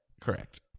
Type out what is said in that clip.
Correct